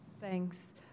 Thanks